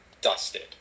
dusted